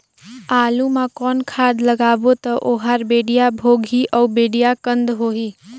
आलू मा कौन खाद लगाबो ता ओहार बेडिया भोगही अउ बेडिया कन्द होही?